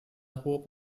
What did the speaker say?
hope